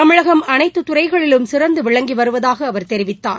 தமிழகம் அனைத்துத்துறைகளிலும் சிறந்து விளங்கி வருவதாக அவர் தெரிவித்தார்